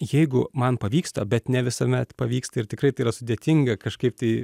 jeigu man pavyksta bet ne visuomet pavyksta ir tikrai tai yra sudėtinga kažkaip tai